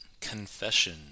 Confession